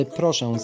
proszę